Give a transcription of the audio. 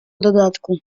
dodatku